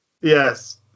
Yes